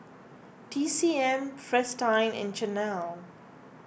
T C M Fristine and Chanel